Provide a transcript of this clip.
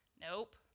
Nope